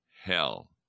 hell